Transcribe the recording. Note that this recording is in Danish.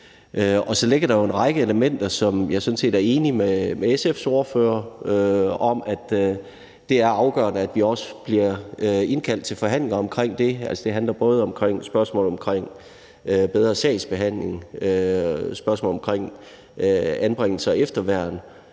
Så ligger der jo en række elementer, som jeg sådan set er enig med SF's ordfører om, nemlig at det er afgørende, at vi også bliver indkaldt til forhandlinger om det. Og det handler både om spørgsmålet omkring bedre sagsbehandling, spørgsmålet omkring anbringelse og efterværn